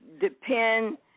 Depend